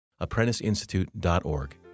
ApprenticeInstitute.org